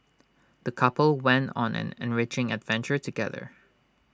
the couple went on an enriching adventure together